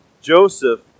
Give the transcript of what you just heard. Joseph